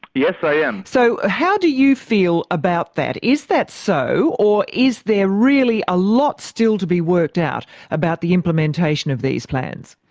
yes, i am. so, how do you feel about that? is that so or is there really a lot still to be worked out about the implementation of these plans?